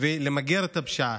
ולמגר את הפשיעה.